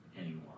anymore